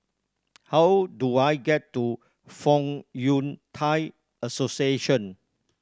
how do I get to Fong Yun Thai Association